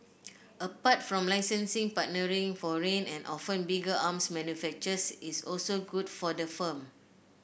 apart from licensing partnering foreign and often bigger arms manufacturers is also good for the firm